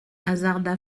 hasarda